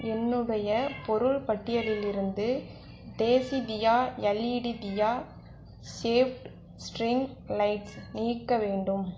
என்னுடைய பொருள் பட்டியலிலிருந்து தேசிதியா LED diya shaped string lights நீக்க வேண்டும்